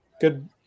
good